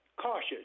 cautious